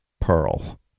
Pearl